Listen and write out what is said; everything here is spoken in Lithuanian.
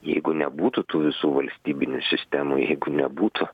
jeigu nebūtų tų visų valstybinių sistemų jeigu nebūtų